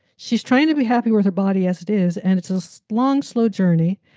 she's trying to be happy with her body as it is, and it's a so long, slow journey.